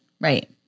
Right